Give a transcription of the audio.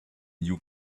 you